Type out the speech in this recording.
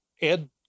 Ed